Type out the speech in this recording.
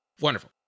Wonderful